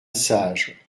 sage